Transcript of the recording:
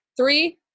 Three